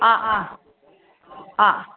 हा हा ह